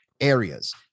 areas